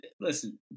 listen